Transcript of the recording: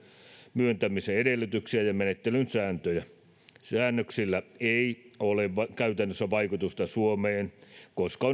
myöntämisen edellytyksiä ja menettelyn sääntöjä säännöksillä ei ole käytännössä on vaikutusta suomeen koska